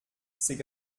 c’est